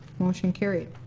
motion carried.